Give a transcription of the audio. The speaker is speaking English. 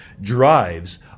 drives